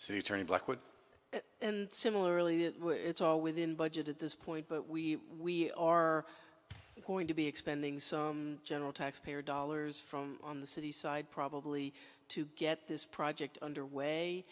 so you turn in black widow and similarly it's all within budget at this point but we are going to be expanding some general taxpayer dollars from on the city side probably to get this project underway